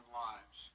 lives